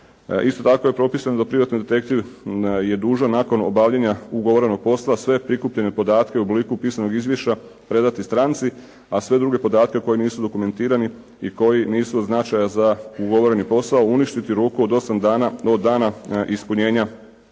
Isto tako je propisano da privatni detektiv je dužan nakon obavljanja ugovorenog posla sve prikupljene podatke u obliku pisanog izvješća predati stranci, a sve druge podatke koji nisu dokumentirani i koji nisu od značaja za ugovoreni posao uništiti u roku od 8 dana od dana ispunjenja ugovora.